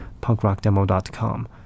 punkrockdemo.com